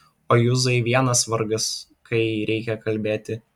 o juzai vienas vargas kai reikia kalbėti